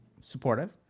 Supportive